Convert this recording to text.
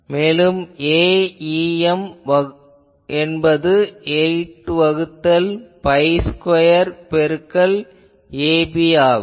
மேலும் Aem என்பது 8 வகுத்தல் பை ஸ்கொயர் பெருக்கல் ab ஆகும்